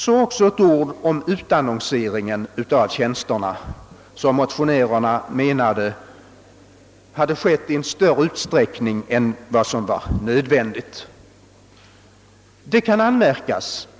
Så några ord om utannonseringen av tjänsterna, som motionärerna menar har skett i större utsträckning än vad som var nödvändigt. Det kan anmärkas.